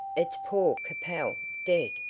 it's poor capel dead!